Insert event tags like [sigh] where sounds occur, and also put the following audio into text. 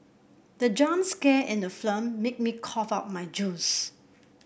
the jump scare in the [unintelligible] made me cough out my juice